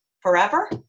Forever